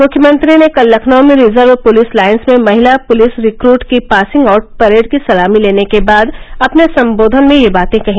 मुख्यमंत्री ने कल लखनऊ में रिजर्व पुलिस लाइंस में महिला पुलिस रिक्ट की पासिंग आउट परेड की सलामी लेने के बाद अपने संबोधन में ये बातें कहीं